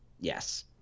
Yes